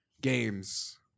games